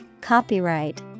copyright